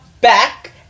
back